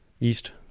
east